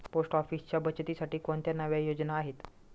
Post ऑफिसच्या बचतीसाठी कोणत्या नव्या योजना आहेत?